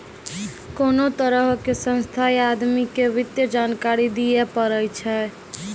कोनो तरहो के संस्था या आदमी के वित्तीय जानकारी दियै पड़ै छै